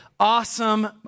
Awesome